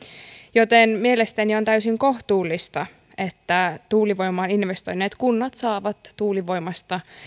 joten mielestäni on täysin kohtuullista että tuulivoimaan investoineet kunnat saavat tuulivoimasta